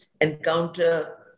encounter